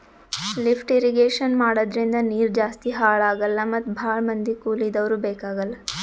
lift irrigation ಮಾಡದ್ರಿಂದ ನೀರ್ ಜಾಸ್ತಿ ಹಾಳ್ ಆಗಲ್ಲಾ ಮತ್ ಭಾಳ್ ಮಂದಿ ಕೂಲಿದವ್ರು ಬೇಕಾಗಲ್